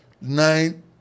Nine